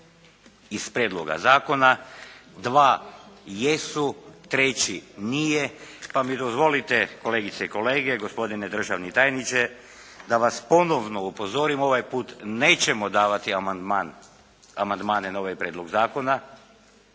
iz prijedloga zakona. Dva jesu, treći nije, pa mi dozvolite kolegice i kolege, gospodine državni tajniče da vas ponovno upozorim. Ovaj put nećemo davati amandmane na ovaj prijedlog zakona.